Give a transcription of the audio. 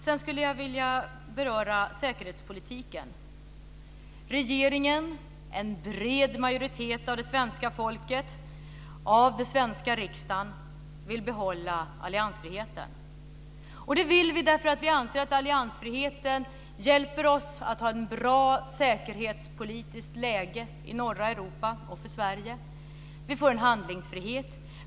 Sedan skulle jag vilja beröra säkerhetspolitiken. Regeringen och en bred majoritet av både det svenska folket och ledamöterna i Sveriges riksdag vill behålla alliansfriheten. Det vill vi för att vi anser att alliansfriheten hjälper oss att ha ett bra säkerhetspolitiskt läge i norra Europa och för Sverige. Vi får en handlingsfrihet.